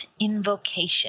invocation